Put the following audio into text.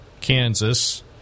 Kansas